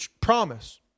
promise